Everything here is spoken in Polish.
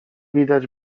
widać